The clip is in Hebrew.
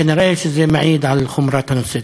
כנראה זה מעיד על חומרת הנושא.